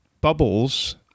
Bubbles